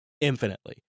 infinitely